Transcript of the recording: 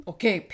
Okay